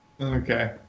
Okay